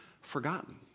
forgotten